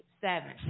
seven